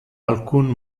alcun